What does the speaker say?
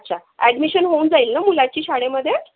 अच्छा ॲडमिशन होऊन जाईल ना मुलाची शाळेमध्ये